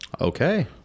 Okay